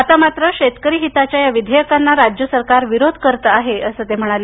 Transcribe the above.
आता मात्र शेतकरी हिताच्या या विधेयकांना राज्य सरकार विरोध करतं आहे असं ते म्हणाले